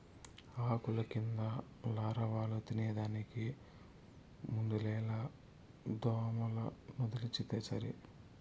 ఆకుల కింద లారవాలు తినేదానికి మందులేల దోమలనొదిలితే సరి